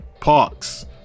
Parks